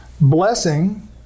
blessing